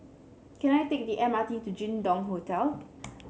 can I take the M R T to Jin Dong Hotel